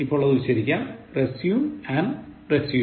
ഇപ്പോൾ അത് ഉച്ചരിക്കാം resume and résumé